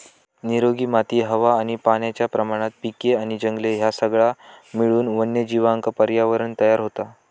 निरोगी माती हवा आणि पाण्याच्या प्रमाणात पिके आणि जंगले ह्या सगळा मिळून वन्यजीवांका पर्यावरणं तयार होता